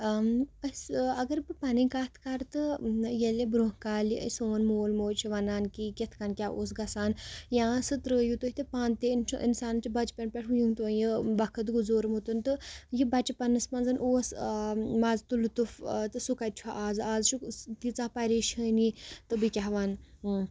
أسۍ اگر بہٕ پَنٕنۍ کَتھ کَرٕ تہٕ ییٚلہِ برونٛہہ کالہِ سون مول موج چھِ وَنان کہِ کِتھ کٔنۍ کیٛاہ اوس گژھان یا سُہ ترٛٲیِو تُہۍ تہٕ پانہٕ تہٕ یِم چھُ اِنسان چھِ بچپَن پٮ۪ٹھ وُنیُک تانۍ یہِ وقت گُزورمُت تہٕ یہِ بَچِپَنَس منٛز اوس مَزٕ تہٕ لطف تہٕ سُہ کَتہِ چھُ اَزٕ اَز چھُ تیٖژاہ پریشٲنی تہٕ بہٕ کیٛاہ وَنہٕ